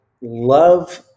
love